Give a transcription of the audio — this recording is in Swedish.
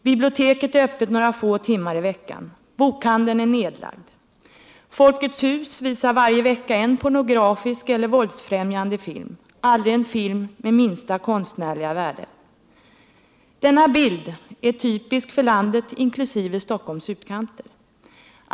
Biblioteket är öppet några få timmar i veckan. Bokhandeln är nedlagd. Folkets hus visar varje vecka en pornografisk eller våldsfrämjande film; aldrig en film med minsta konstnärliga värde. Denna bild är typisk för landet inklusive Stockholms utkanter.